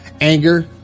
anger